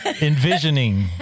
envisioning